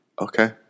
okay